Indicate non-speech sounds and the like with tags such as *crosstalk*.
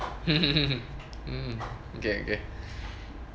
*laughs* okay okay